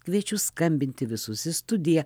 kviečiu skambinti visus į studiją